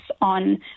on